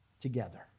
together